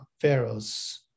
Pharaoh's